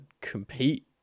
compete